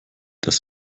das